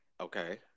Okay